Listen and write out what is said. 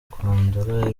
kwandura